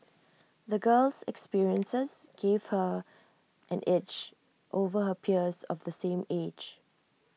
the girl's experiences gave her an edge over her peers of the same age